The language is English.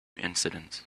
incidents